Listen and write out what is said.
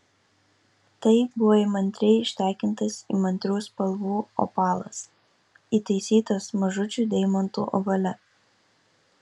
tai buvo įmantriai ištekintas įmantrių spalvų opalas įtaisytas mažučių deimantų ovale